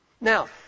Now